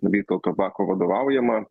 vytauto bako vadovaujama